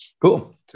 Cool